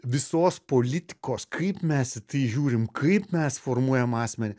visos politikos kaip mes į tai žiūrim kaip mes formuojam asmenį